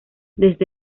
desde